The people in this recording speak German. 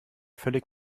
völlig